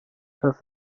das